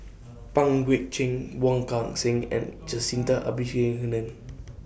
Pang Guek Cheng Wong Kan Seng and Jacintha